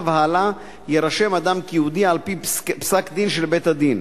והלאה יירשם אדם כיהודי על-פי פסק-דין של בית-הדין.